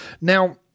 Now